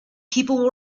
people